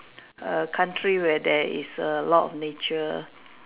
err country where this is err a lot of nature